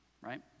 right